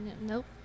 nope